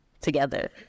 together